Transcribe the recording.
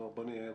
בוא נהיה הוגנים.